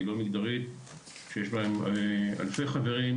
ויש לנו אלפי חברים,